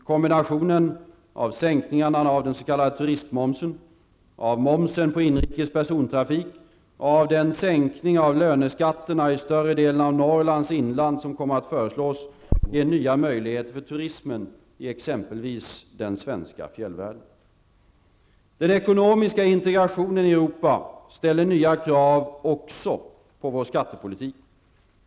Kombinationen av sänkningarna av den s.k. turistmomsen, momsen på inrikes persontrafik och sänkningen av löneskatterna i större delen av Norrlands inland som kommer att föreslås ger nya möjligheter för turismen i exempelvis den svenska fjällvärlden. Den ekonomiska integrationen i Europa ställer nya krav också på vår skattepolitik.